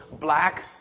black